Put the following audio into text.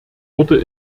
wurde